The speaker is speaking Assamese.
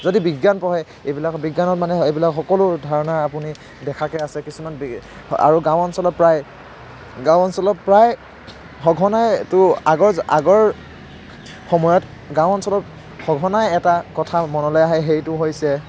যদি বিজ্ঞান পঢ়ে এইবিলাক বিজ্ঞানত মানে এইবিলাক সকলো ধৰণৰ আপুনি দেখাকৈ আছে কিছুমান আৰু গাঁও অঞ্চলত প্ৰায় গাঁও অঞ্চলত প্ৰায় সঘনাই এইটো আগৰ আগৰ সময়ত গাঁও অঞ্চলত সঘনাই এটা কথা মনলৈ আহে সেইটো হৈছে